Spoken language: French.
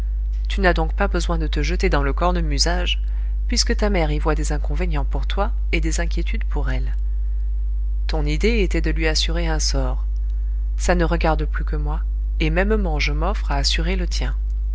tu n'as donc pas besoin de te jeter dans le cornemusage puisque ta mère y voit des inconvénients pour toi et des inquiétudes pour elle ton idée était de lui assurer un sort ça ne regarde plus que moi et mêmement je m'offre à assurer le tien